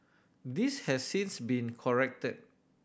this has since been corrected